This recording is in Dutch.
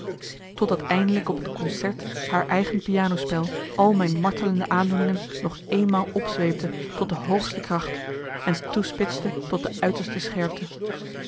totdat eindelijk op het concert haar eigen piano spel al mijn martelende aandoeningen nog eenmaal opzweepte tot de hoogste kracht en toespitste tot de uiterste scherpte